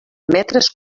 metres